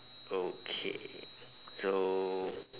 okay so